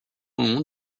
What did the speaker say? long